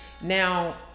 Now